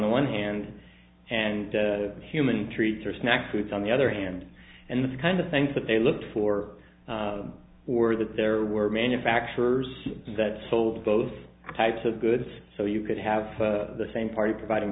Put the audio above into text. the one hand and human treats or snack foods on the other hand and this kind of things that they look for or that there were manufacturers that sold both types of goods so you could have the same party providing